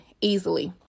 easily